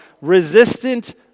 resistant